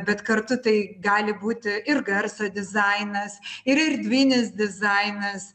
bet kartu tai gali būti ir garso dizainas ir erdvinis dizainas